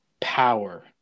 power